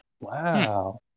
Wow